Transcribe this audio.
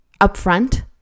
upfront